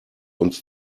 uns